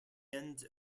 end